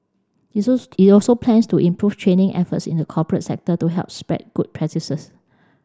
it it also plans to improve training efforts in the corporate sector to help spread good practices